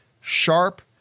sharp